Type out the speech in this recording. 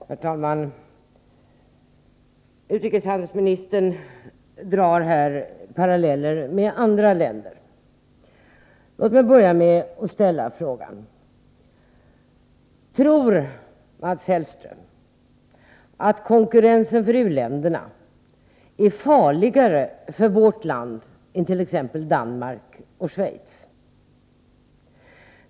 Herr talman! Utrikeshandelsministern drar här paralleller med andra länder. Låt mig börja med att fråga: Tror Mats Hellström att konkurrensen från u-länderna är farligare för vårt land än för t.ex. Danmark och Schweiz?